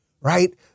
right